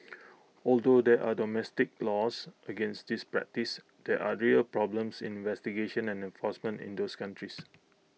although there are domestic laws against this practice there are real problems in investigation and enforcement in those countries